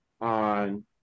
on